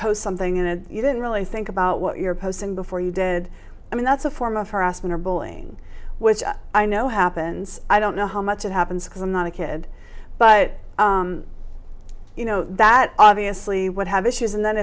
post something in it you didn't really think about what you're posting before you did i mean that's a form of harassment or bowling which i know happens i don't know how much it happens because i'm not a kid but you know that obviously would have issues and then